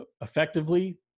effectively